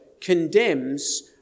condemns